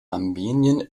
armenien